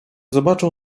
zobaczą